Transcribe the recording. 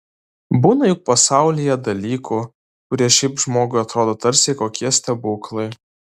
būna juk pasaulyje dalykų kurie šiaip žmogui atrodo tarsi kokie stebuklai